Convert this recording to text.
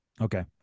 Okay